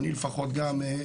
אני לפחות גם,